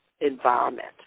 environment